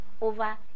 over